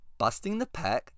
bustingthepack